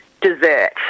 dessert